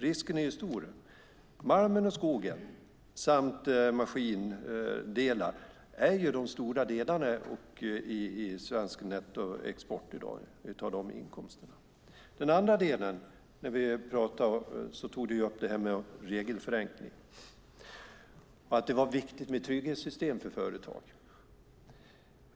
Risken är stor. Malmen och skogen samt maskindelar är ju de stora delarna i svensk nettoexport i dag, om vi talar om inkomster. I den andra delen tog du upp regelförenkling och att det var viktigt med trygghetssystem för företag.